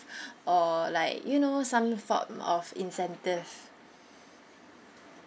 or like you know some form of incentive